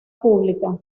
pública